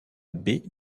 baie